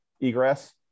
egress